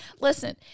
Listen